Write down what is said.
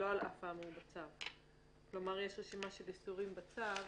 על אף האמור בצו, כלומר יש רשימה של איסורים בצו